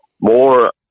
more